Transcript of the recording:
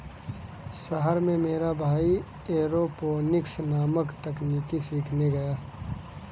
शहर में मेरा भाई एरोपोनिक्स नामक तकनीक सीखने गया है